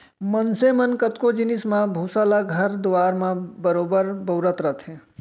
मनसे मन कतको जिनिस म भूसा ल घर दुआर म बरोबर बउरत रथें